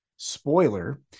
spoiler